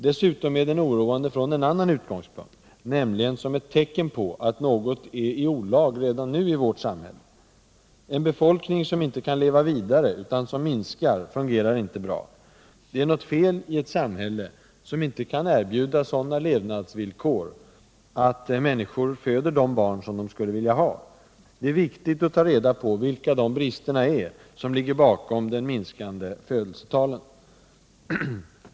Dessutom är den oroande från en annan utgångspunkt, nämligen som ett tecken på att något är i olag redan nu i vårt samhälle. En befolkning som inte kan leva vidare utan som minskar, fungerar inte bra. Det är något fel i ett samhälle som inte kan erbjuda sådana levnadsvillkor att människor föder de barn som de skulle vilja ha. Det är viktigt att ta reda på vilka de brister är, som ligger bakom de minskade födelsetalen.